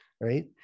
right